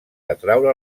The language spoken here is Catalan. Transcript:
atraure